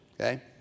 okay